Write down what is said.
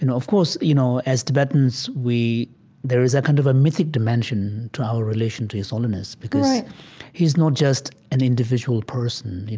you know of course, you know, as tibetans, we there is a kind of a mythic dimension to our relation to his holiness because he's not just an individual person. you